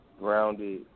grounded